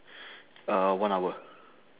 uh one hour